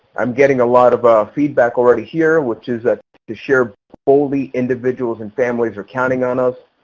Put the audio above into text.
i'm getting a lot of ah feedback already here which is ah to share all the individuals and families are counting on us.